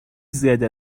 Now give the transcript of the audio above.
زیاده